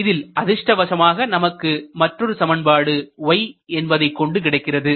இதில் அதிர்ஷ்டவசமாக நமக்கு மற்றொரு சமன்பாடு y என்பதைக் கொண்டு கிடைக்கிறது